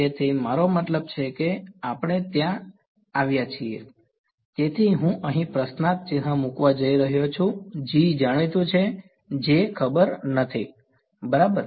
તેથી મારો મતલબ છે કે આપણે ત્યાં આવ્યા છીએ તેથી હું અહીં પ્રશ્નાર્થ ચિન્હ મુકવા જઈ રહ્યો છું G જાણીતું છે J ખબર નથી બરાબર